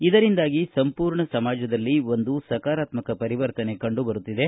ಇದರಿಂದಾಗಿ ಸಂಪೂರ್ಣ ಸಮಾಜದಲ್ಲಿ ಒಂದು ಸಕಾರಾತ್ಮಕ ಪರಿವರ್ತನೆ ಕಂಡುಬರುತ್ತಿದೆ